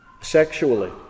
Sexually